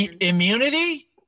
Immunity